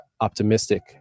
optimistic